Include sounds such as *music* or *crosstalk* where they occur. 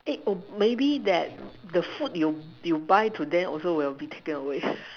eh oh maybe that the food you you buy today also will be taken away *breath*